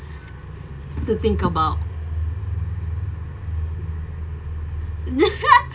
to think about